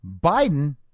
Biden